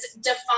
Define